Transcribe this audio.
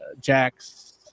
Jax